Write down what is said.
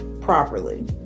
properly